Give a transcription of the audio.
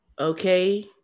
okay